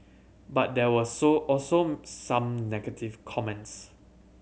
but there were so also some negative comments